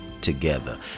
together